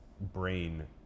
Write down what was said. brain